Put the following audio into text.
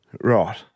Right